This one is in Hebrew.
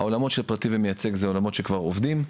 העולמות של פרטי ומייצג זה עולמות שכבר עובדים,